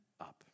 up